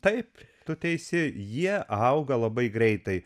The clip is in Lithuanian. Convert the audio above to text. taip tu teisi jie auga labai greitai